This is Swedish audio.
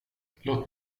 låt